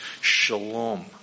Shalom